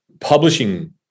publishing